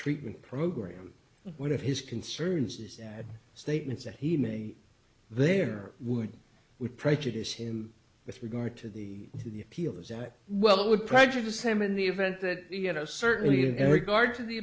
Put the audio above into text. treatment program one of his concerns is that statements that he made there would would prejudice him with regard to the in the appeal is that well that would prejudice him in the event that you know certainly in every guard to the